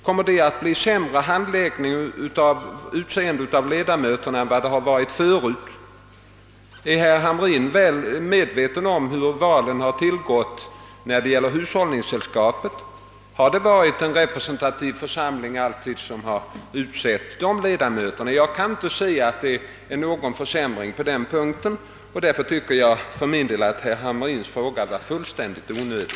Kommer det att bli en sämre handläggning av ifrågavarande ärenden än förut? Är herr Hamrin medveten om hur valen har tillgått när det gäller hushållningssällskapens val av ledamöter i lantbruksnämnderna? Har det alltid varit en representativ församling som utsett dessa ledamöter? Nej, jag kan inte se att det blivit någon försämring på denna punkt, och därför tycker jag att herr Hamrins fråga var fullständigt onödig.